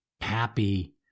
happy